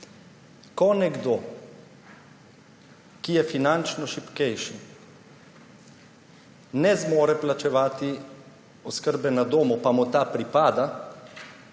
Ko nekdo, ki je finančno šibkejši, ne zmore plačevati oskrbe na domu, pa mu ta pripada,